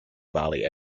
valley